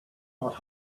not